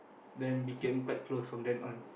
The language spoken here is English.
then became quite close from then on